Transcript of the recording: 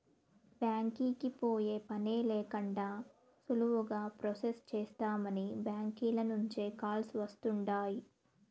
బ్యాంకీకి పోయే పనే లేకండా సులువుగా ప్రొసెస్ చేస్తామని బ్యాంకీల నుంచే కాల్స్ వస్తుండాయ్